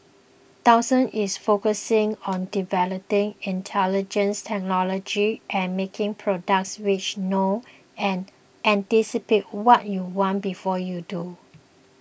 Dyson is focusing on developing intelligent technology and making products which know and anticipate what you want before you do